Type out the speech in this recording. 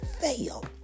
fail